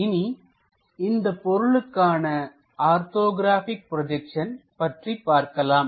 இனி இந்தப் பொருளுக்கான ஆர்த்தோகிராபிக் ப்ரோஜெக்சன் பற்றி பார்க்கலாம்